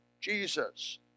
Jesus